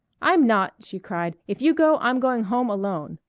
i'm not! she cried. if you go i'm going home alone.